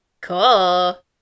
Cool